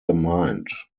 mind